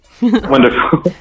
Wonderful